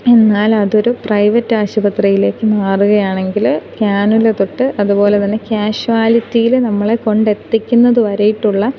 എന്നാൽ അതൊരു പ്രൈവറ്റ് ആശുപത്രിയിലേക്ക് മാറുകയാണെങ്കിൽ കാനുല തൊട്ട് അതു പോലെ തന്നെ കാഷ്വാലിറ്റിയിൽ നമ്മളെ കൊണ്ടെത്തിക്കുന്നതു വരെയായിട്ടുള്ള